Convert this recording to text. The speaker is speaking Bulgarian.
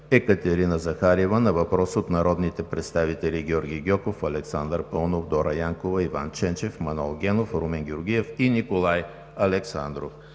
Екатерина Захариева на въпрос от народните представители Георги Гьоков, Александър Паунов, Дора Янкова, Иван Ченчев, Манол Генов, Румен Георгиев и Николай Александров;